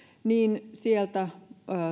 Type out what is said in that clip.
niin sieltä